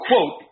Quote